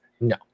no